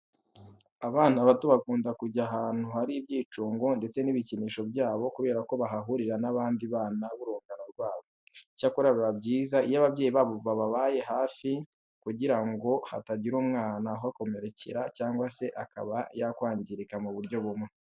Abana bato bakunda kujya ahantu hari ibyicungo ndetse n'ibikinisho byabo kubera ko bahahurira n'abandi bana b'urungano rwabo. Icyakora biba byiza iyo ababyeyi babo bababaye hafi kugira ngo hatagira umwana uhakomerekera cyangwa se akaba yakwangirika mu buryo bumwe.